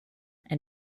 and